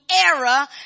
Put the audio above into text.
era